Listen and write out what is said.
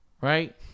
right